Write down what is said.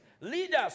leaders